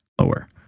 lower